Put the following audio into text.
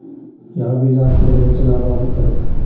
ಯಾವ ಬೇಜ ಹಾಕಿದ್ರ ಹೆಚ್ಚ ಲಾಭ ಆಗುತ್ತದೆ?